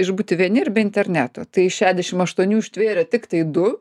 išbūti vieni ir be interneto tai iš šešdešim aštuonių ištvėrė tiktai du